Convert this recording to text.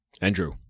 Andrew